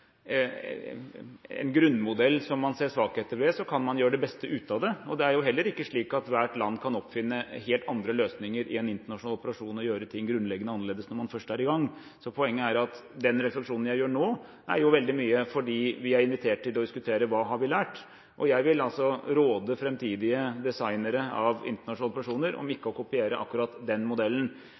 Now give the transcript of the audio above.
en grunnmodell som man ser svakheter ved, kan man gjøre det beste ut av det. Det er heller ikke slik at hvert land kan oppfinne helt andre løsninger i en internasjonal operasjon og gjøre ting grunnleggende annerledes når man først er i gang. Poenget er at den refleksjonen jeg gjør nå, er veldig mye fordi vi er invitert til å diskutere hva vi har lært. Jeg vil råde fremtidige designere av internasjonale operasjoner om ikke å kopiere akkurat den modellen.